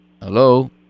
hello